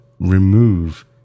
remove